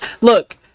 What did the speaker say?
look